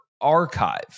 archive